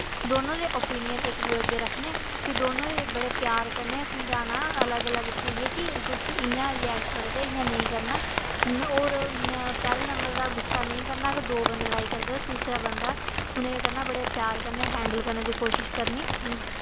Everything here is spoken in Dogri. दोनें दे ओपीनियन इक दूऐ दे अग्गें रक्खने गी दोनों गी बड़े प्यार कन्नै समझाना अलग अलग बैठाहियै कि एह् ऐ कि तुस इ'यां रीएक्ट करा दे इ'यां नेईं करना होर पैह्लें नंबर तां गुस्सा नेईं करना अगर दो बंदे लड़ाई करदे तां उ'नें केह् करना बड़े प्यार कन्नै हैंडल करने दी कोशिश करनी